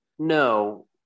No